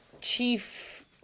chief